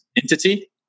entity